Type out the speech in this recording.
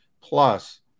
plus